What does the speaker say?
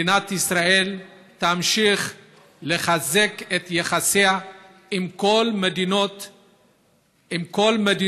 מדינת ישראל תמשיך לחזק את יחסיה עם כל מדינות העולם.